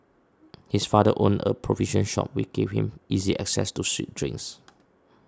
his father owned a provision shop which gave him easy access to sweet drinks